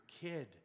kid